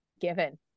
given